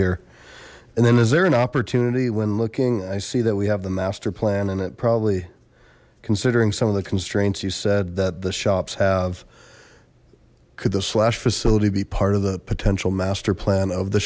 hear and then is there an opportunity when looking i see that we have the master plan and it probably considering some of the constraints you said that the shops have could the slash facility be part of the potential master plan of the